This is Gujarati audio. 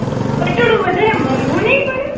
પટોળું વધારે મોંઘું નઇ પળે